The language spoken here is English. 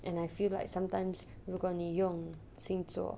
and I feel like sometimes 如果你用心做